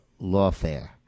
lawfare